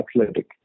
athletic